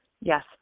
Yes